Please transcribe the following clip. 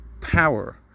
power